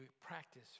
practice